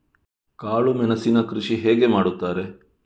ಕಾಳು ಮೆಣಸಿನ ಕೃಷಿ ಹೇಗೆ ಮಾಡುತ್ತಾರೆ?